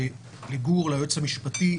לגור בליי היועץ המשפטי,